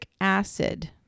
acid